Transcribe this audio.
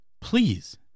Please